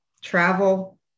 Travel